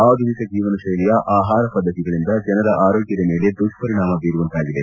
ಆಧುನಿಕ ಜೀವನಶೈಲಿಯ ಆಹಾರಪದ್ದತಿಗಳಿಂದ ಜನರ ಆರೋಗ್ಭದ ಮೇಲೆ ದುಪ್ವರಿಣಾಮ ಬೀರುವಂತಾಗಿದೆ